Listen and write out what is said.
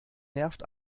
nervt